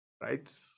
Right